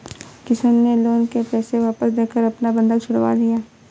किशन ने लोन के पैसे वापस देकर अपना बंधक छुड़वा लिया